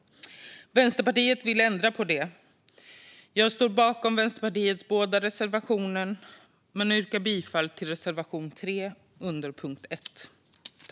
Vänsterpartiet vill ändra på det. Jag står bakom båda Vänsterpartiets reservationer men yrkar bifall endast till reservation 3 under punkt 1.